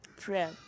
prayer